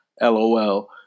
LOL